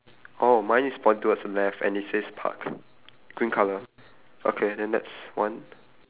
orh mine is point towards the left and it says park green colour okay then that's one